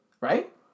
Right